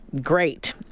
Great